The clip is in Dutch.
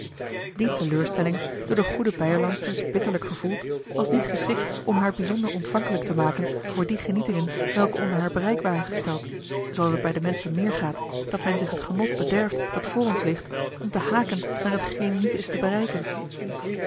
die teleurstelling door de goede beierlandsters bitterlijk gevoeld was niet geschikt om haar bijzonder ontvankelijk te maken voor die genietingen welke onder haar bereik waren gesteld zooals het bij de menschen meer gaat dat men zich het genot bederft dat voor ons ligt om te haken naar hetgeen niet is te bereiken